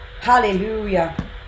Hallelujah